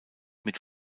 mit